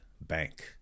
bank